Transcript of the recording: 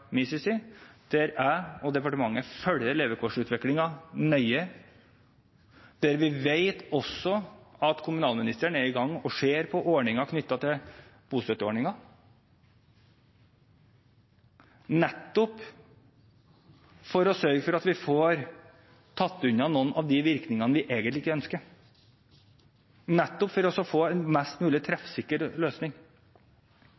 der jeg og departementet følger levekårsutviklingen nøye. Vi vet også at kommunalministeren er i gang med å se på ordninger knyttet til bostøtte, nettopp for å sørge for at vi får tatt unna noen av de virkningene vi egentlig ikke ønsker, nettopp for å få en mest mulig treffsikker løsning.